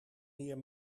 meer